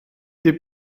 des